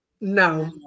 no